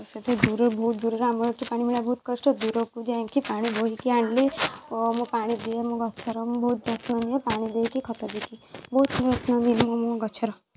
ସେଇଠି ଦୂର ବହୁତ ଦୂରରେ ଆମର ଏଇଠି ପାଣି ମିଳିବା ବହୁତ କଷ୍ଟ ଦୂରକୁ ଯାଇକି ପାଣି ବୋହିକି ଆଣିଲି ଓ ମୁଁ ପାଣି ଦିଏ ମୋ ଗଛର ମୁଁ ବହୁତ ଯତ୍ନ ନିଏ ପାଣି ଦେଇକି ଖତ ଦେଇକି ବହୁତ ମୁଁ ମୋ ଗଛର